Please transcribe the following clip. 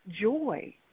joy